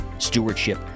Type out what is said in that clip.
Stewardship